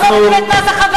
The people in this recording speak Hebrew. לא מורידים את מס החברות,